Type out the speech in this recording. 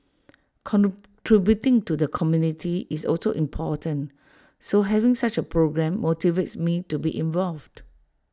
contributing to the community is also important so having such A programme motivates me to be involved